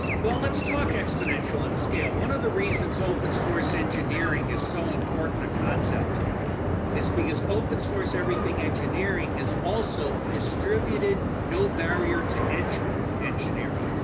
well, let's talk exponential and scale. one of the reasons open source engineering is so important a concept is because open source everything engineering is also distributed, no barrier to entry engineering.